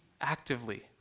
actively